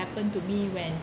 happen to me when